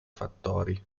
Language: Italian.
fattori